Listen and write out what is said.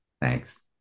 Thanks